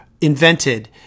invented